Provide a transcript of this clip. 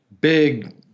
big